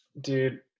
Dude